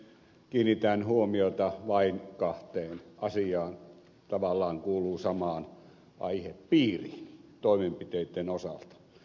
kiinnitän huomiota vain kahteen asiaan tavallaan kuuluvat samaan aihepiiriin toimenpiteitten osalta